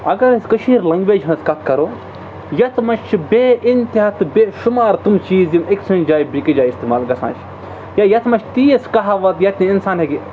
اگر أسۍ کٔشیٖر لنٛگویج ہٕنٛز کَتھ کَرو یَتھ منٛز چھِ بے اِنتِہا تہٕ بے شُمار تِم چیٖز یِم أکۍ سٕنٛدِ جایہِ بیٚیِس جایہِ اِستعمال گژھان چھِ یا یَتھ منٛز چھِ تیٖژ کَہاوَت یَتھ نہٕ اِنسان ہیٚکہِ